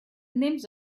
names